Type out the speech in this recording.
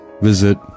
visit